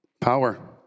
Power